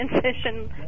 transition